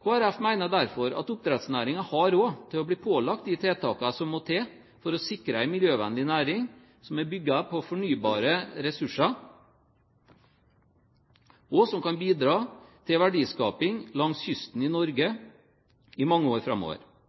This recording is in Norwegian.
Kristelig Folkeparti mener derfor at oppdrettsnæringen har råd til å bli pålagt de tiltak som må til for å sikre en miljøvennlig næring som er bygget på fornybare ressurser, og som kan bidra til verdiskaping langs kysten i Norge i mange år framover.